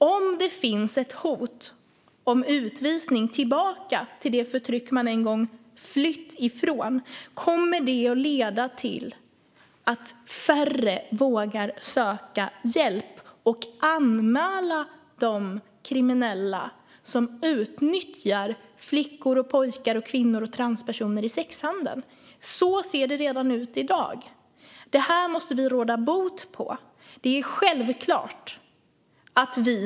Om det finns ett hot om utvisning tillbaka till det förtryck man en gång flytt ifrån kommer det att leda till att färre vågar söka hjälp och anmäla de kriminella som utnyttjar flickor, pojkar, kvinnor och transpersoner i sexhandeln. Så ser det ut redan i dag. Detta måste vi råda bot på.